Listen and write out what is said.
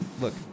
look